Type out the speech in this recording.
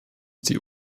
die